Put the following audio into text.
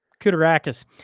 Kudarakis